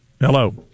Hello